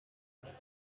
dream